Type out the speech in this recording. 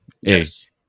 Yes